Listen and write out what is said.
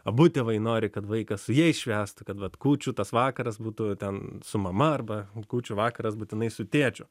abu tėvai nori kad vaikas su jais švęstų kad vat kūčių tas vakaras būtų ten su mama arba kūčių vakaras būtinai su tėčiu